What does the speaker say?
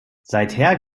seither